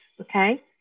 okay